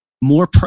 more